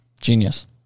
Genius